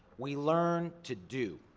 we learn to do,